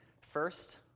First